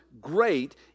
great